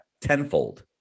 tenfold